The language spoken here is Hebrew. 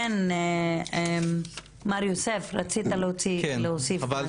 כן, מר יוסף שמחון, רצית להוסיף משהו.